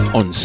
on